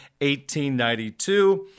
1892